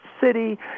city